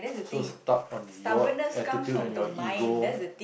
so stuck on your attitude and your ego